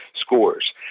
scores